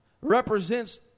represents